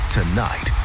Tonight